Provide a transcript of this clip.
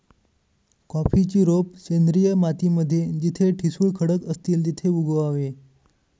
कॉफीची रोप सेंद्रिय माती मध्ये जिथे ठिसूळ खडक असतील तिथे उगवावे